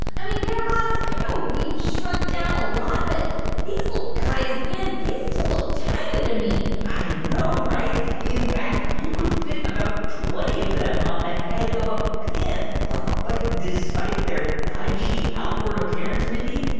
i mean, guy raz, i know we've shrunk down a lot, but these little guys, man, they still look tiny to me i know, right? in fact, you could fit about twenty of them on the head of a pin whoa but despite their pudgy outward appearance, mindy,